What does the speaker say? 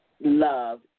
love